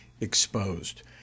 exposed